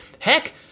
Heck